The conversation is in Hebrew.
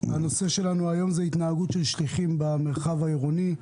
על סדר היום התנהגות שליחים במרחב העירוני.